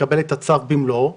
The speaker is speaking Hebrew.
לקבל את הצו במלואו,